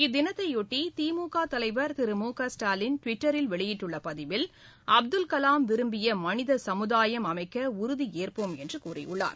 இத்தினத்தையாட்டி திமுக தலைவர் திரு மு க ஸ்டாலின் டுவிட்டரில் வெளியிட்டுள்ள பதிவில் அப்துல்கலாம் விரும்பிய மனித சமுதாயம் அமைக்க உறுதி ஏற்போம் என்று கூறியுள்ளார்